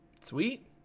Sweet